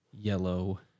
yellow